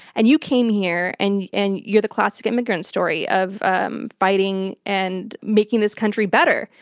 and you came here, and and you're the classic immigrant story of um fighting and making this country better.